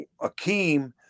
Akeem